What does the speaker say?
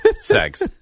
sex